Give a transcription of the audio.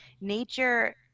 nature